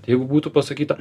jeigu būtų pasakyta